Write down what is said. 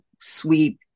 sweet